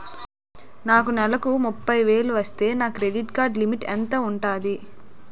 నాకు నెలకు ముప్పై వేలు వస్తే నా క్రెడిట్ కార్డ్ లిమిట్ ఎంత ఉంటాది?